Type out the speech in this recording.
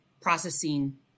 processing